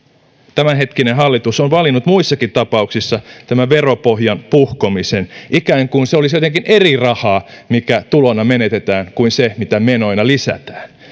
tämänhetkinen hallitus on valinnut muissakin tapauksissa tämän veropohjan puhkomisen ikään kuin se olisi jotenkin eri rahaa mikä tuloina menetetään kuin se mitä menoina lisätään